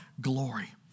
glory